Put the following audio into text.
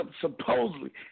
supposedly